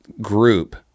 Group